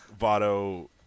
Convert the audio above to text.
Votto